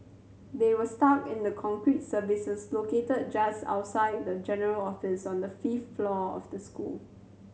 they were stuck in the concrete crevices located just outside the general office on the fifth floor of the school